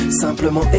Simplement